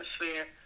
atmosphere